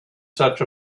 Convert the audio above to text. such